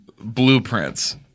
blueprints